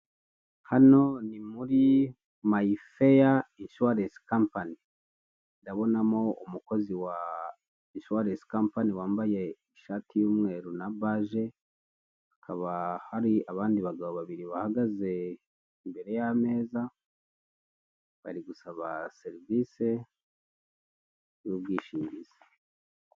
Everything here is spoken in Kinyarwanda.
Hano ni muri mayifeya inshuwarensi kampani ndabonamo umukozi wa inshuwarensi kampani wambaye ishati y'umweru na bage hakaba hari abandi bagabo babiri bahagaze imbere y'ameza bari gusaba serivise y'ubwishingizi.